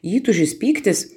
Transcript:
įtūžis pyktis